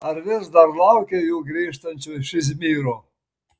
ar vis dar laukė jų grįžtančių iš izmyro